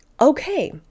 okay